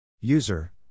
User